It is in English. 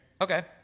Okay